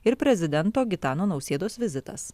ir prezidento gitano nausėdos vizitas